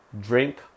drink